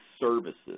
services